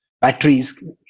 batteries